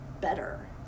better